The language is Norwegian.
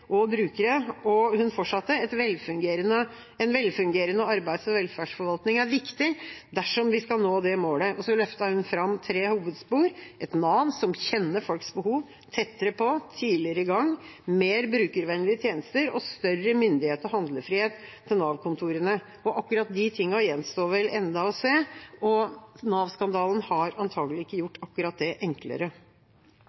og brukere. Hun fortsatte: «En velfungerende arbeids- og velferdsforvaltning er viktig dersom vi skal nå det målet.» Så løftet daværende statsråd Hauglie fram tre hovedspor: et Nav som kjenner folks behov, som er tettere på og tidligere i gang mer brukervennlige tjenester større myndighet og handlefrihet til Nav-kontorene Akkurat disse tingene gjenstår det vel ennå å se. Nav-skandalen har antagelig ikke gjort